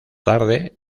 tarde